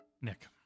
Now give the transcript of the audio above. Nick